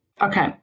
Okay